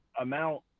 amount